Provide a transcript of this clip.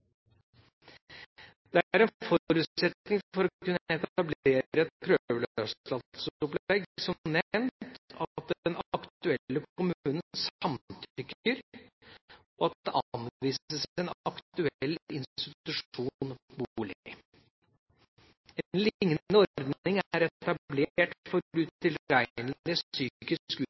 som nevnt en forutsetning for å kunne etablere et prøveløslatelsesopplegg at den aktuelle kommunen samtykker, og at det anvises en aktuell institusjon/bolig. En liknende ordning er etablert for utilregnelige psykisk